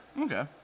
Okay